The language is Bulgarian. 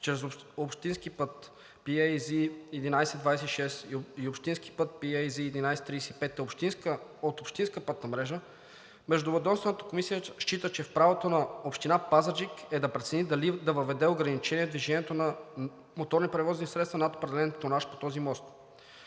чрез общински път PAC 11-26 и общински път PAC 11-35 от общинска пътна мрежа, Междуведомствената комисия счита, че в правото на Община Пазарджик е да прецени дали да въведе ограничение на движението на моторни превозни средства над определен тонаж по този мост.